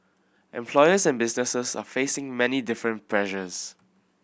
employers and businesses are facing many different pressures